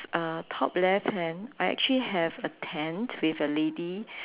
uh top left hand I actually have a tent with a lady